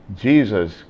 Jesus